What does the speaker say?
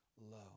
low